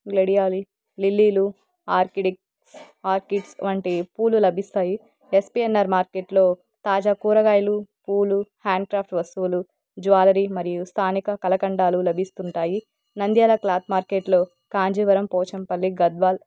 gladiolus లిల్లీలు ఆర్కిడిక్స్ ఆర్కిడేసి వంటి పూలు లభిస్తాయి ఎస్పీఎన్ఆర్ మార్కెట్లో తాజా కూరగాయలు పూలు హ్యాండ్క్రాఫ్ట్ వస్తువులు జ్యూవెలరీ మరియు స్థానిక కళఖండాలు లభిస్తుంటాయి నంద్యాల క్లాత్ మార్కెట్లో కాంజీవరం పోచంపల్లి గద్వాల్